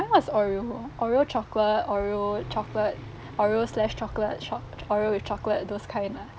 was oreo oreo chocolate oreo chocolate oreo slashed chocolate sho~ oreo with chocolate those kind lah